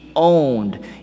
owned